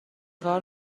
کار